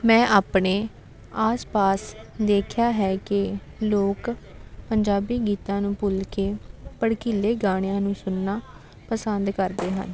ਮੈਂ ਆਪਣੇ ਆਸ ਪਾਸ ਦੇਖਿਆ ਹੈ ਕਿ ਲੋਕ ਪੰਜਾਬੀ ਗੀਤਾਂ ਨੂੰ ਭੁੱਲ ਕੇ ਭੜਕੀਲੇ ਗਾਣਿਆਂ ਨੂੰ ਸੁਣਨਾ ਪਸੰਦ ਕਰਦੇ ਹਨ